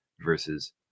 versus